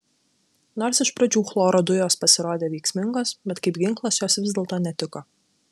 nors iš pradžių chloro dujos pasirodė veiksmingos bet kaip ginklas jos vis dėlto netiko